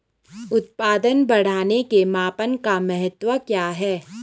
उत्पादन बढ़ाने के मापन का महत्व क्या है?